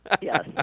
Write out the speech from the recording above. Yes